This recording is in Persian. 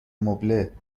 مبله